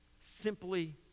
Simply